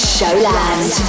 Showland